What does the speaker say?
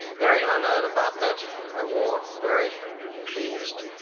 very honored about that award and very pleased.